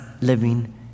living